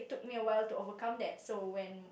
took me a while to overcome that so when